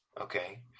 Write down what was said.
okay